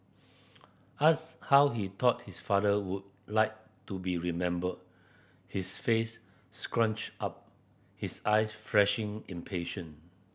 asked how he thought his father would like to be remembered his face scrunched up his eyes flashing impatient